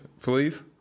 please